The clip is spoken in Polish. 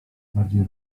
bardziej